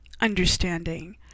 understanding